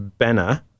Benna